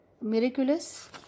miraculous